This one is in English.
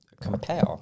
compare